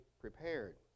prepared